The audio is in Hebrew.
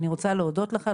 אני רוצה להודות לך,